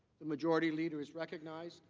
the majority leader is recognize.